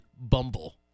Bumble